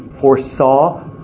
foresaw